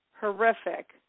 horrific